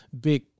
big